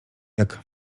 jak